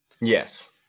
Yes